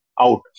out